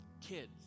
kids